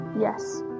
Yes